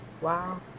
Wow